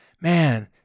man